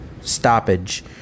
stoppage